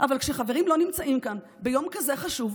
אבל כשחברים לא נמצאים כאן ביום כזה חשוב,